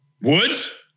Woods